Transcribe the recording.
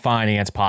Finance